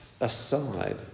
aside